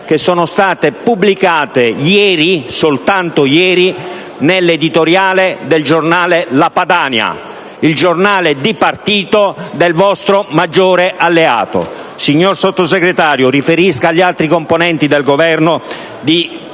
le parole pubblicate ieri, soltanto ieri, nell'editoriale del quotidiano «La Padania», il giornale di partito del vostro maggiore alleato. Signor Sottosegretario, riferisca agli altri componenti del Governo di